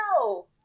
No